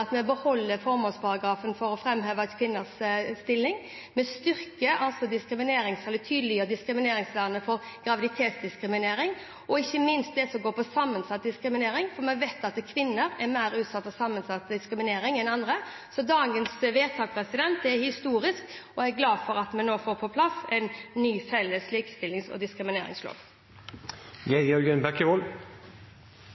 at vi beholder formålsparagrafen for å framheve kvinners stilling, og ved at vi styrker, eller tydeliggjør, diskrimineringsvernet for gravide, og ikke minst det som går på sammensatt diskriminering, for vi vet at kvinner er mer utsatt for sammensatt diskriminering enn andre. Så dagens vedtak er historisk, og jeg er glad for at vi nå får på plass en ny, felles likestillings- og diskrimineringslov.